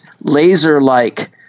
laser-like